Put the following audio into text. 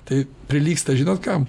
tai prilygsta žinot kam